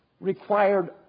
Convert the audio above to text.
required